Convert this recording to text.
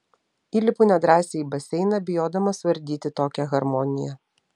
įlipu nedrąsiai į baseiną bijodama suardyti tokią harmoniją